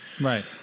Right